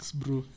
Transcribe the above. bro